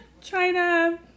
China